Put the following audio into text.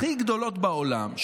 הכי גדולות בעולם,